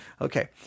Okay